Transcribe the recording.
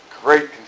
Great